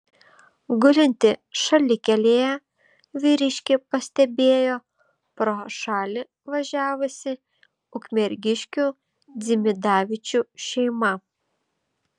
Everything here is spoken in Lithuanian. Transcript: gulintį šalikelėje vyriškį pastebėjo pro šalį važiavusi ukmergiškių dzimidavičių šeima